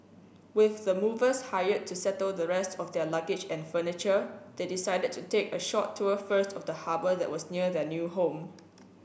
with the movers hired to settle the rest of their luggage and furniture they decided to take a short tour first of the harbour that was near their new home